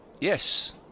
Yes